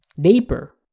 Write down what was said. deeper